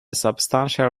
substantial